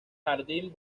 jardín